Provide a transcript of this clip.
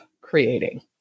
creating